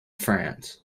france